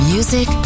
Music